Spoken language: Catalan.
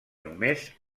només